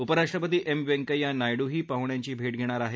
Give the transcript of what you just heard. उपराष्ट्रपती एम व्यंकय्या नायडूही पाहुण्यांची भेट घेणार आहेत